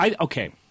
Okay